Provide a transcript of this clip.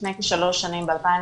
לפני כשלוש שנים ב-2017.